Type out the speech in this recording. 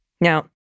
Now